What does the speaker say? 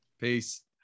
peace